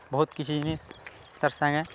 ବହୁତ୍ କିଛି ଜିନିଷ୍ ତାର୍ ସାଙ୍ଗେ